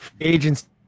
Agents